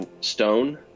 stone